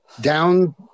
down